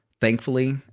thankfully